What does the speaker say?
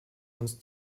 uns